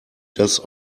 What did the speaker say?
das